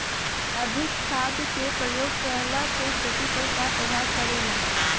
अधिक खाद क प्रयोग कहला से खेती पर का प्रभाव पड़ेला?